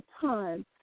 time